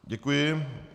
Děkuji.